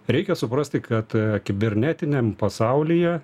reikia suprasti kad kibernetiniam pasaulyje